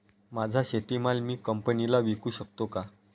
माझा शेतीमाल मी कंपनीला विकू शकतो का?